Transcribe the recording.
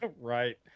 Right